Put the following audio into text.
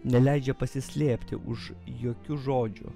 neleidžia pasislėpti už jokiu žodžiu